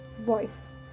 Voice